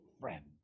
friend